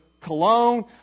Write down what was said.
cologne